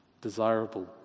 desirable